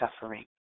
suffering